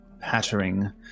pattering